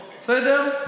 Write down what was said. בסדר?